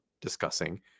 discussing